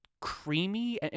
creamy